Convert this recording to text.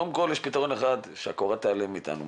קודם כל יש פתרון אחד, שהקורונה תיעלם מאתנו.